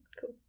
Cool